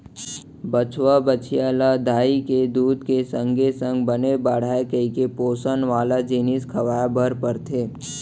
बछवा, बछिया ल दाई के दूद के संगे संग बने बाढ़य कइके पोसन वाला जिनिस खवाए बर परथे